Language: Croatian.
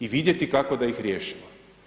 I vidjeti kako da ih riješimo.